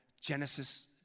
Genesis